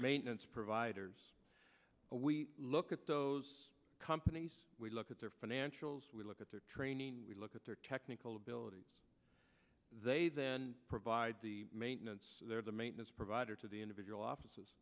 maintenance providers we look at those companies we look at their financials we look at their training we look at their technical bill they then provide the maintenance they're the maintenance provider to the individual offices